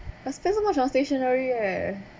I spent so much on stationery eh